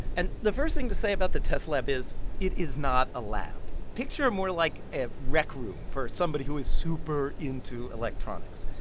and the first thing to say about the test lab is it is not a lab. picture more like a rec room for somebody who is super into electronics.